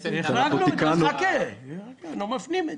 דיברנו על זה, אנחנו מפנים לשם,